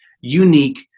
unique